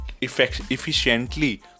efficiently